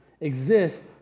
exist